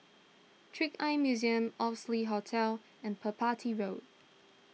Trick Eye Museum Oxley Hotel and Road